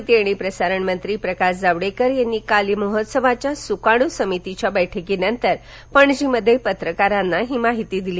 माहिती आणि प्रसारण मंत्री प्रकाश जावडेकर यांनी काल या महोत्सवाघ्या सुकाण् समितीच्या बैठकीनंतर पणजी इथं पत्रकारांना ही माहिती दिली